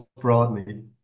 broadly